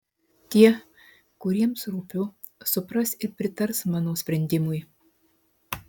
tie kuriems rūpiu supras ir pritars mano sprendimui